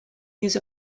use